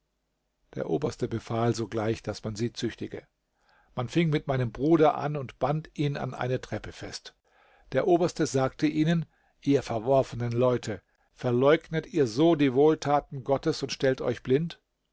der oberste befahl sogleich daß man sie züchtige man fing mit meinem bruder an und band ihn an eine treppe fest der oberste sagte ihnen ihr verworfenen leute verleugnet ihr so die wohltaten gottes und stellt euch blind